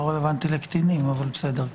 זה לא רלוונטי לקטינים, אבל בסדר.